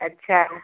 अच्छा